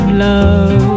love